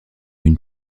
une